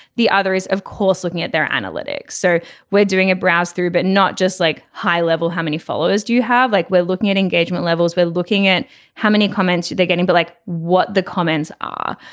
the other is of course looking at their analytics so we're doing a browse through but not just like high level how many followers do you have like we're looking at engagement levels we're looking at how many comments they're getting but like what the comments are.